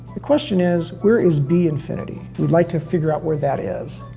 the question is, where is b infinity? we'd like to figure out where that is.